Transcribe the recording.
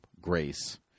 grace